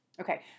okay